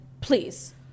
please